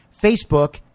Facebook